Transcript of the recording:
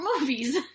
movies